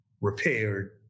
repaired